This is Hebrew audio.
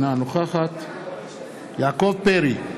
אינה נוכחת יעקב פרי,